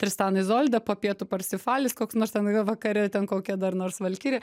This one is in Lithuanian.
tristan izolda po pietų parsifalis koks nors ten j vakare ten kokia dar nors valkiri